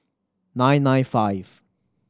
nine nine five